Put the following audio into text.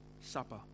supper